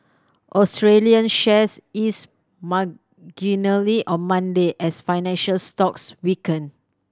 Australian shares eased marginally on Monday as financial stocks weakened